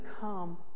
come